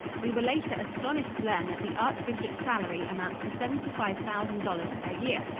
we were later astonished to learn that the archbishop's salary amounts to seventy five thousand dollars per year,